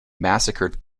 massacred